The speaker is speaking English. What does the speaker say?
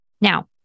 Now